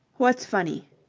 what's funny?